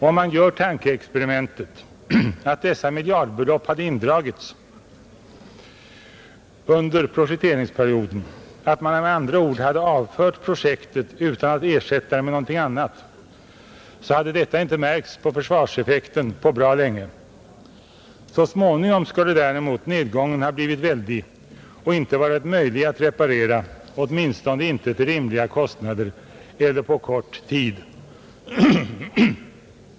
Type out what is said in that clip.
Om man gör tankeexperimentet att dessa miljardbelopp hade dragits in under projekteringsperioden — att man med andra ord hade avfört projektet utan att ersätta det med någonting annat — hade detta inte märkts på försvarseffekten på bra länge. Däremot skulle nedgången så småningom ha blivit väldig och inte varit möjlig att reparera — åtminstone inte till rimliga kostnader eller på kort tid.